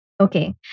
Okay